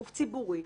גוף ציבורי,